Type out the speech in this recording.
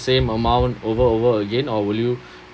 same amount over over again or will you